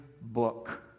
book